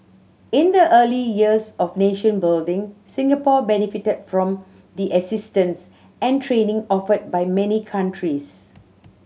in the early years of nation building Singapore benefited from the assistance and training offered by many countries